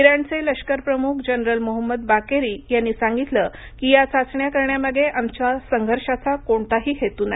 इराणचे लष्कर प्रमुख जनरल मोहम्मद बाकेरी यांनी सांगितलं की या चाचण्या करण्यामागे आमचा संघर्षाचा कोणताही हेतू नाही